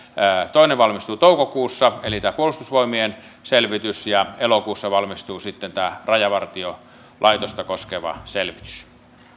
toinen valmistuu toukokuussa eli tämä puolustusvoimien selvitys ja elokuussa valmistuu sitten tämä rajavartiolaitosta koskeva selvitys